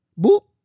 boop